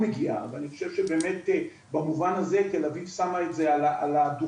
ואני חושב שבאמת במובן הזה תל אביב שמה את זה על הדוכן,